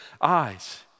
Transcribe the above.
eyes